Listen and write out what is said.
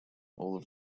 all